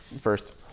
first